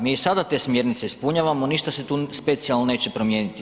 Mi i sada te smjernice ispunjavamo, ništa se tu specijalno neće promijeniti.